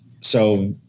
So-